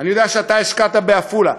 אני יודע שאתה השקעת בעפולה,